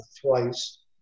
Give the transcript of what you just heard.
twice